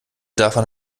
davon